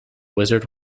wizard